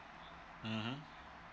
(uh huh)